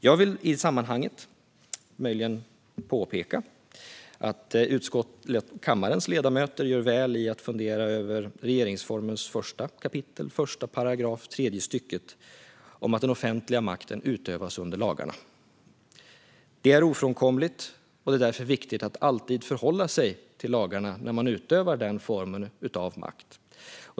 Jag vill i sammanhanget möjligen påpeka att kammarens ledamöter gör väl i att fundera över regeringsformens första kap. 1 § tredje stycket om att den offentliga makten utövas under lagarna. Det är ofrånkomligt, och det är därför viktigt att alltid förhålla sig till lagarna när man utövar den formen av makt.